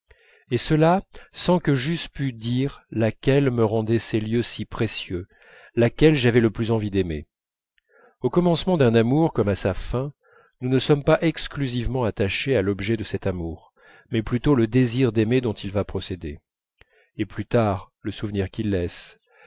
et cela sans que j'eusse pu dire laquelle me rendait ces lieux si précieux laquelle j'avais le plus envie d'aimer au commencement d'un amour comme à sa fin nous ne sommes pas exclusivement attachés à l'objet de cet amour mais plutôt le désir d'aimer dont il va procéder